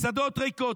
מסעדות ריקות,